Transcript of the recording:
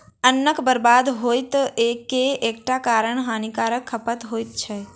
अन्नक बर्बाद होइ के एकटा कारण हानिकारक खरपात होइत अछि